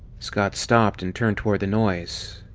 scott stopped and turned toward the noise.